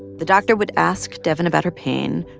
the doctor would ask devyn about her pain.